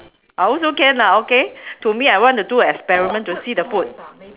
I also can lah okay to me I want to do a experiment to see the food